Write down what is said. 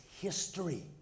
history